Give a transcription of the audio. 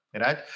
right